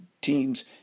teams